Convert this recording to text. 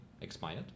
expired